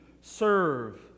serve